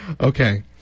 Okay